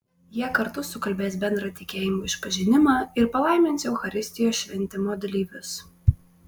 jie kartu sukalbės bendrą tikėjimo išpažinimą ir palaimins eucharistijos šventimo dalyvius